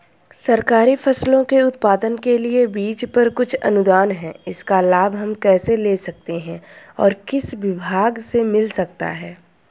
सरकारी फसलों के उत्पादन के लिए बीज पर कुछ अनुदान है इसका लाभ हम कैसे ले सकते हैं और किस विभाग से मिल सकता है?